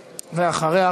ואחריה,